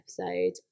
episode